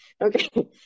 okay